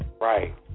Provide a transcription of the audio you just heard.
Right